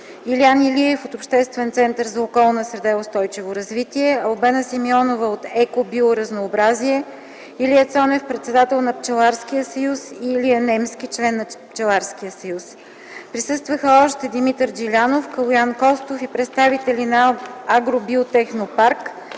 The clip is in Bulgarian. Илиян Илиев – от Обществен център за околна среда и устойчиво развитие, Албена Симеонова от „Еко Биоразнообразие”, Илия Цонев – председател на Пчеларския съюз, и Илия Немски – член на Пчеларския съюз. Освен това присъстваха: Димитър Джилянов, Калоян Костов и представители на „Агробиотехнопарк